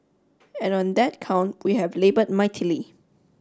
and on that count we have labor mightily